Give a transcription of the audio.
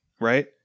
right